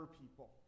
people